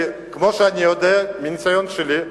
כי כמו שאני יודע מהניסיון שלי,